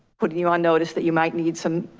putting you on notice that you might need some